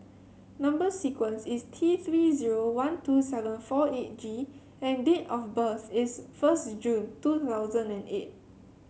number sequence is T Three zero one two seven four eight G and date of birth is first June two thousand and eight